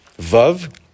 Vav